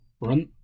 Run